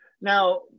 Now